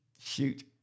Shoot